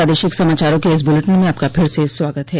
प्रादेशिक समाचारों के इस बुलेटिन में आपका फिर से स्वागत है